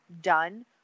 done